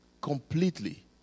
completely